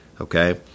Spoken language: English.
okay